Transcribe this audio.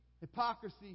hypocrisy